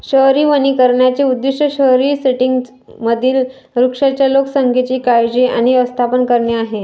शहरी वनीकरणाचे उद्दीष्ट शहरी सेटिंग्जमधील वृक्षांच्या लोकसंख्येची काळजी आणि व्यवस्थापन करणे आहे